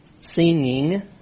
singing